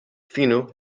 finu